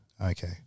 Okay